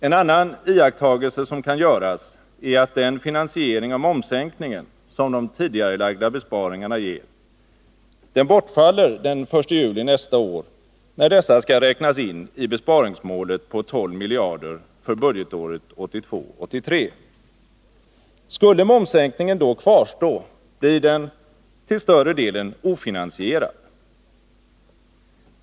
En annan iakttagelse som kan göras är att den finansiering av momssänkningen som de tidigarelagda besparingarna ger bortfaller den 1 juli nästa år, när dessa skall räknas in i besparingsmålet på 12 miljarder för budgetåret 1982/83. Skulle momssänkningen då kvarstå, blir den till större delen ofinansierad.